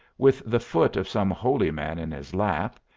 with the foot of some holy man in his lap,